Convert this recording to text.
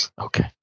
okay